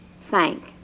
thank